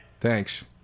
Thanks